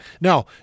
Now